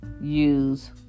use